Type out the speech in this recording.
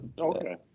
Okay